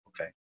Okay